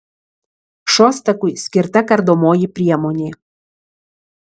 šostakui skirta kardomoji priemonė